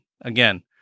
Again